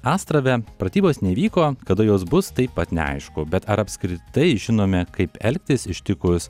astrave pratybos neįvyko kada jos bus taip pat neaišku bet ar apskritai žinome kaip elgtis ištikus